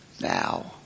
Now